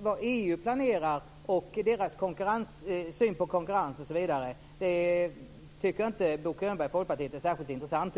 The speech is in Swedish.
Vad EU planerar och EU:s syn på konkurrens osv. tycker tydligen inte Bo Könberg och Folkpartiet är särskilt intressant.